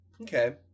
Okay